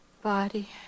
body